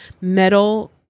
metal